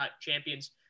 champions